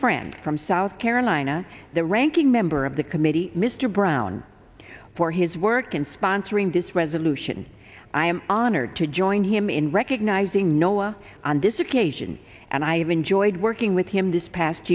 friend from south carolina the ranking member of the committee mr brown for his work in sponsoring dishrags aleutian i am honored to join him in recognizing noah on this occasion and i have enjoyed working with him this past